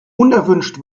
unerwünscht